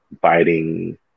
biting